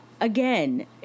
again